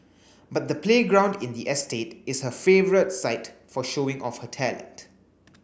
but the playground in the estate is her favourite site for showing off her talent